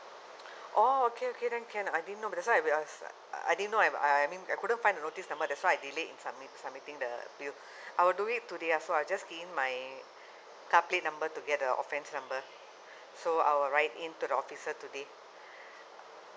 oh okay okay then can I didn't know but that's why I'll be ask I didn't know I I mean I couldn't find the notice number that's why I delayed submit submitting the bill I'll do it today lah so I'll just key in my car plate number to get the offense number so I'll write in to the officer today